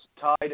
tied